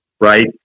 right